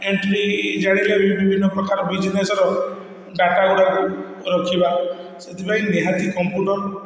entry ଜାଣିଲେ ବିଭିନ୍ନ ପ୍ରକାର ବିଜିନେସର ଡାଟା ଗୁଡ଼ାକୁ ରଖିବା ସେଥିପାଇଁ ନିହାତି କମ୍ପୁଟର